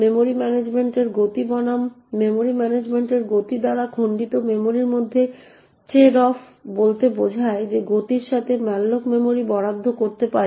memory ম্যানেজমেন্টের গতি বনাম মেমরি ম্যানেজমেন্টের গতির দ্বারা খণ্ডিত মেমরির মধ্যে ট্রেড অফ বলতে বোঝায় যে গতির সাথে ম্যালোক মেমরি বরাদ্দ করতে পারে